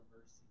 mercy